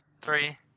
Three